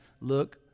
Look